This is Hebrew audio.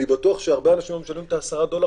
אני בטוח שהרבה אנשים היו משלמים 10 דולר